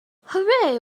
hooray